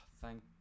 thank